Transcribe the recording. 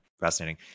Fascinating